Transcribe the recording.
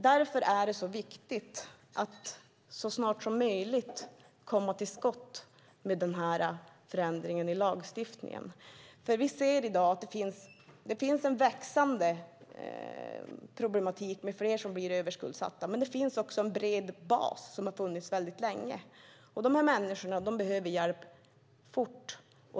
Därför är det så viktigt att så snart som möjligt komma till skott med den här förändringen i lagstiftningen. Vi ser i dag att det finns en växande problematik med fler som blir överskuldsatta, men det finns också en bred bas som har funnits väldigt länge. Dessa människor behöver hjälp fort.